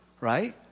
right